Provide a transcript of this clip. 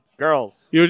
Girls